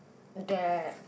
that